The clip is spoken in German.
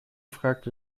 fragte